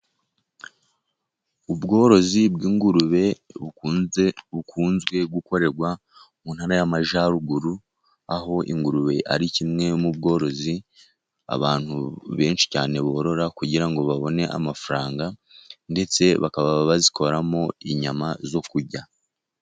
Ubworozi bw'ingurube bukunze gukorerwa mu ntara y'Amajyaruguru aho ingurube ari kimwe mu bworozi abantu benshi cyane borora kugira ngo babone amafaranga ndetse bakazikoramo inyama zo kurya.